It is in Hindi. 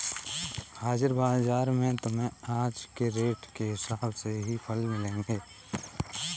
हाजिर बाजार में तुम्हें आज के रेट के हिसाब से ही फल मिलेंगे